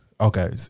Okay